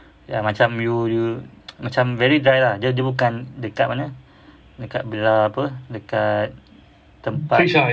ya macam you you macam very dried lah dia bukan dekat mana dekat belah apa dekat tempat